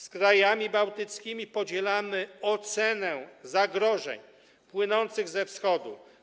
Z krajami bałtyckimi podzielamy ocenę zagrożeń płynących ze Wschodu.